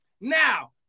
now